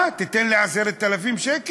מה, תיתן לי 10,000 שקל?